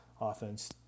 offense